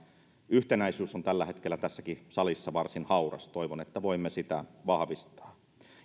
yhtenäisyys on tällä hetkellä tässäkin salissa varsin hauras toivon että voimme sitä vahvistaa